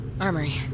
Armory